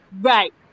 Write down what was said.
right